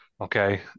Okay